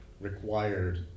required